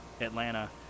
Atlanta